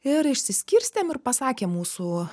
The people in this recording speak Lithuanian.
ir išsiskirstėm ir pasakė mūsų